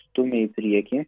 stumia į priekį